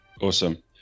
awesome